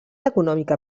econòmica